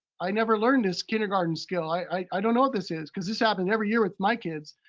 i never learned this kindergarten skill. i i don't what this is. cause this happened every year with my kids.